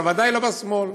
אבל בוודאי לא בשמאל.